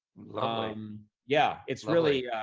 like um yeah, it's really